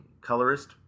Colorist